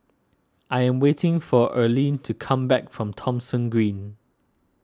I am waiting for Erlene to come back from Thomson Green